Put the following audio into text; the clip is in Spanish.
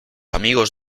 amigos